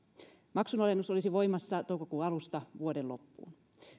maksunalennus olisi voimassa toukokuun alusta vuoden loppuun